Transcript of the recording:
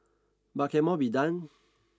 but can more be done